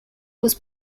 was